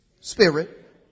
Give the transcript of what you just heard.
spirit